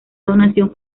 donación